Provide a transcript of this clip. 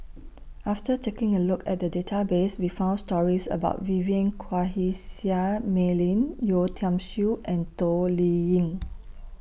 after taking A Look At The Database We found stories about Vivien Quahe Seah Mei Lin Yeo Tiam Siew and Toh Liying